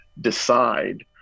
decide